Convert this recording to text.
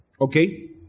Okay